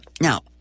Now